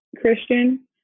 Christian